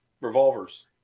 revolvers